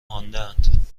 ماندهاند